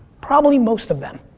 probably most of them.